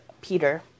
Peter